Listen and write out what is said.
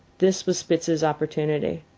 this was spitz's opportunity.